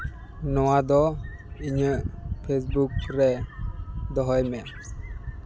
ᱱᱚᱣᱟ ᱫᱚ ᱤᱧᱟᱹᱜ ᱯᱷᱮᱥᱵᱩᱠ ᱨᱮ ᱫᱚᱦᱚᱭ ᱢᱮ